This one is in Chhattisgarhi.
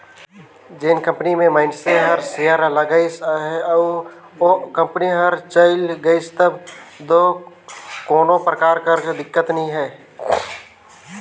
जेन कंपनी में मइनसे हर सेयर ल लगाइस अहे अउ ओ कंपनी हर चइल गइस तब दो कोनो परकार कर दिक्कत नी हे